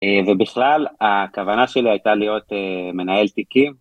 ובכלל הכוונה שלי הייתה להיות מנהל תיקים.